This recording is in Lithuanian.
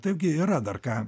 taigi yra dar ką